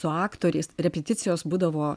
su aktoriais repeticijos būdavo